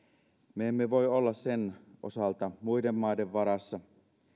me emme voi olla sen osalta muiden maiden varassa